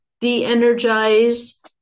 de-energize